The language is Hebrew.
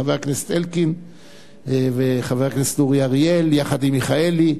חבר הכנסת אלקין וחבר הכנסת אורי אריאל יחד עם מיכאלי,